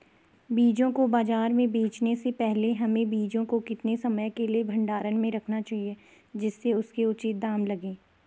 बीजों को बाज़ार में बेचने से पहले हमें बीजों को कितने समय के लिए भंडारण में रखना चाहिए जिससे उसके उचित दाम लगें?